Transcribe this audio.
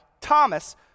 thomas